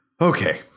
Okay